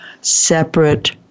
separate